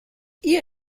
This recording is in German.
ihr